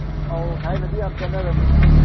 ꯑꯥꯎ ꯊꯥꯏꯅꯗꯤ ꯌꯥꯝ ꯆꯠꯅꯔꯝꯃꯤ